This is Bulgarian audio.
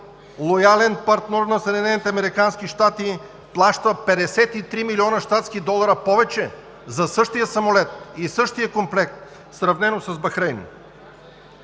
американски щати, плаща 53 млн. щатски долара повече за същия самолет и същия комплект, сравнено с Бахрейн.